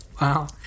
Wow